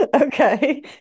Okay